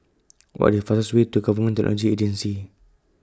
What IS fastest Way to Government Agency